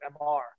MR